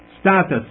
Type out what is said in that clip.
status